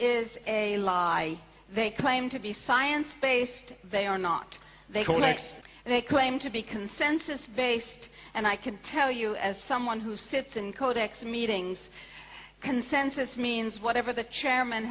is a lie they claim to be science based they are not they told us and they claim to be consensus based and i can tell you as someone who sits in codex meetings consensus means whatever the chairman